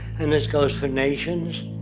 and this goes for nations,